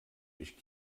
ich